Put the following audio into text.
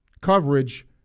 coverage